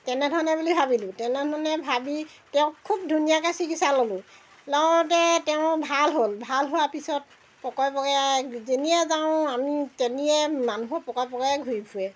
তেনেধৰণে বুলি ভাবিলোঁ তেনেধৰণে ভাবি তেওঁক খুব ধুনীয়াকৈ চিকিৎসা ল'লোঁ লওঁতে তেওঁ ভাল হ'ল ভাল হোৱাৰ পিছত পকৰে পকৰে যেনিয়ে যাওঁ আমি তেনিয়ে মানুহৰ পকৰে পকৰে ঘূৰি ফুৰে